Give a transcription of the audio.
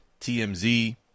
TMZ